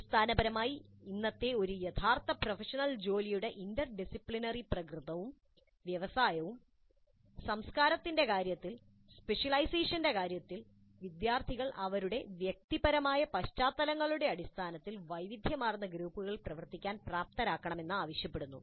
അടിസ്ഥാനപരമായി ഇന്നത്തെ ഒരു യഥാർത്ഥ പ്രൊഫഷണൽ ജോലിയുടെ ഇന്റർഡിസിപ്ലിനറി പ്രകൃതവും വ്യവസായവും സംസ്കാരത്തിന്റെ കാര്യത്തിൽ സ്പെഷ്യലൈസേഷന്റെ കാര്യത്തിൽ വിദ്യാർത്ഥികൾ അവരുടെ വ്യക്തിപരമായ പശ്ചാത്തലങ്ങളുടെ അടിസ്ഥാനത്തിൽ വൈവിധ്യമാർന്ന ഗ്രൂപ്പുകളിൽ പ്രവർത്തിക്കാൻ പ്രാപ്തരാകണമെന്നു ആവശ്യപ്പെടുന്നു